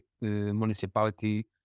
municipality